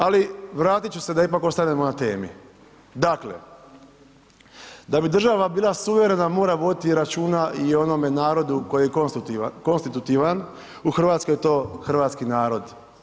Ali vratit ću se da ipak ostanemo na temi, dakle, da bi država bila suverena mora voditi i računa i o onome narodu koji je konstitutivan, u RH je to hrvatski narod.